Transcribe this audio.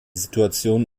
situation